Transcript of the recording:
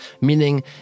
meaning